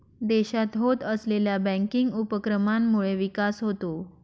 देशात होत असलेल्या बँकिंग उपक्रमांमुळे विकास होतो